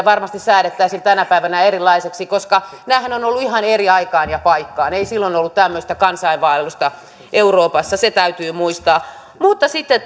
varmasti säädettäisiin tänä päivänä erilaisiksi koska nämähän ovat olleet ihan eri aikaan ja paikkaan ei silloin ollut tämmöistä kansainvaellusta euroopassa se täytyy muistaa mutta sitten